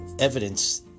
evidence